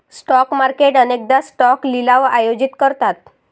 stock market अनेकदा stock लिलाव आयोजित करतात